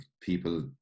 people